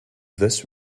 this